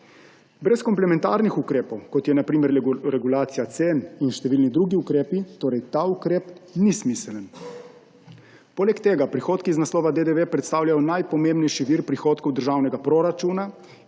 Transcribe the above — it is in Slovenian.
Brez komplementarnih ukrepov, kot so na primer regulacija cen in številni drugi ukrepi, torej ta ukrep ni smiseln. Poleg tega prihodki iz naslova DDV predstavljajo najpomembnejši vir prihodkov državnega proračuna